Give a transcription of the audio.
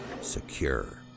Secure